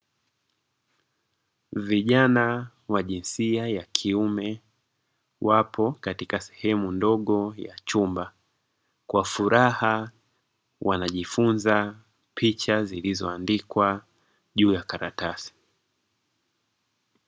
Vijana wa jinsia ya kiume wapo katika sehemu ndogo ya chumba, kwa furaha wanajifunza picha zilizoandikwa juu ya karatasi.